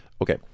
Okay